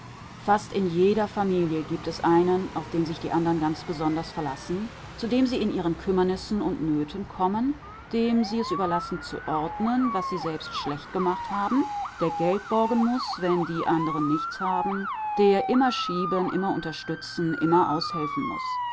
fast in jeder familie gibt es einen auf den sich die anderen ganz besonders verlassen zu dem sie in ihren kümmernissen und nöten kommen dem sie es überlassen zu ordnen was sie selbst schlecht gemacht haben der geld borgen muß wenn die andern nichts haben der immer schieben immer unterstützen immer aushelfen muß